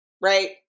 right